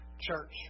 church